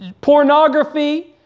pornography